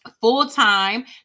Full-time